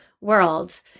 world